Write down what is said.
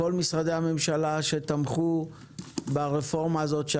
כל משרדי הממשלה שתמכו ברפורמה הזאת,